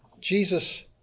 Jesus